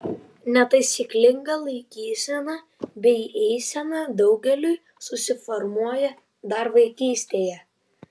netaisyklinga laikysena bei eisena daugeliui susiformuoja dar vaikystėje